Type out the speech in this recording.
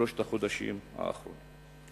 שלושת החודשים האחרונים.